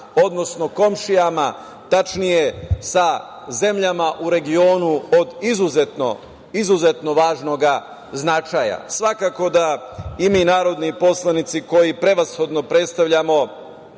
odnosno komšija, tačnije sa zemljama u regionu, od izuzetno važnog značaja. Svakako, da i mi narodni poslanici koji prevashodno predstavljamo